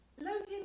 Logan